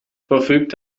verfügt